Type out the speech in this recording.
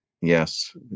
yes